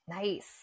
Nice